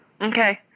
Okay